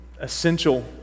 essential